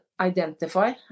Identify